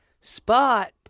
Spot